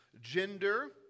gender